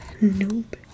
nope